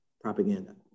propaganda